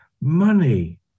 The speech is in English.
money